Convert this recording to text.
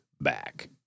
back